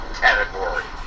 category